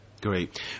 Great